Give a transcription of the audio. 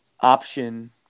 option